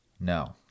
no